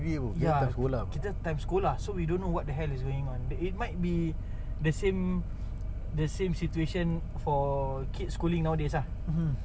ya kita time sekolah so we don't know what the hell is going on it might be the same the same situation for kids schooling nowadays ah